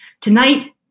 Tonight